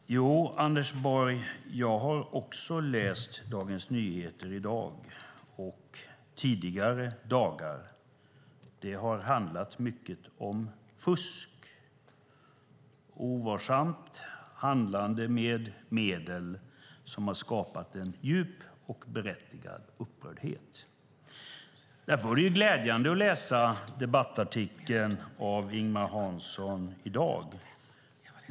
Fru talman! Jo, Anders Borg, jag har också läst Dagens Nyheter i dag och tidigare dagar. Det har handlat mycket om fusk och ovarsamt handlande med medel som har skapat en djup och berättigad upprördhet. Därför var det glädjande att läsa debattartikeln av Ingemar Hansson i dag.